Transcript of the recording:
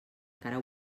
cara